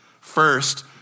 First